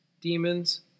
demons